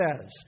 says